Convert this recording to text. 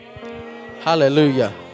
Hallelujah